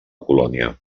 colònia